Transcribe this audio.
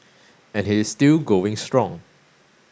and he is still going strong